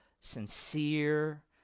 sincere